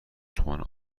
تومن